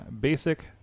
Basic